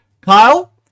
Kyle